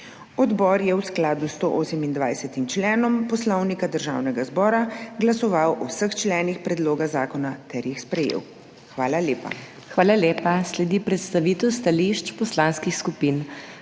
Odbor je v skladu s 128. členom Poslovnika Državnega zbora glasoval o vseh členih predloga zakona ter jih sprejel. Hvala lepa. PODPREDSEDNICA MAG. MEIRA HOT: Hvala lepa. Sledi predstavitev stališč poslanskih skupin.